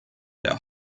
der